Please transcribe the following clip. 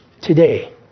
today